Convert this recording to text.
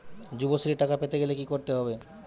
যুবশ্রীর টাকা পেতে গেলে কি করতে হবে?